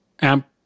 amp